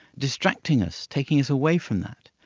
distracting us, taking us away from that.